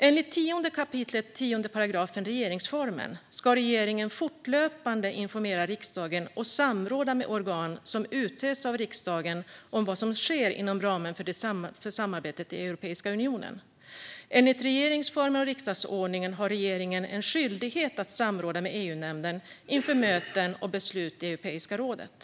Enligt 10 kap. 10 § regeringsformen ska regeringen fortlöpande informera riksdagen och samråda med organ som utses av riksdagen om vad som sker inom ramen för samarbetet i Europeiska unionen. Enligt regeringsformen och riksdagsordningen har regeringen en skyldighet att samråda med EU-nämnden inför möten och beslut i Europeiska rådet.